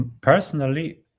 personally